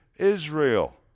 israel